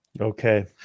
Okay